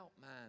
man